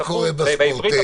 מה קורה בספורטק?